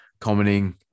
commenting